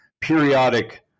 periodic